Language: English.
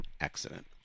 accident